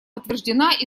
подтверждена